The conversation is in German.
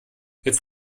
jetzt